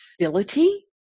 ability